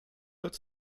dort